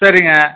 சரிங்க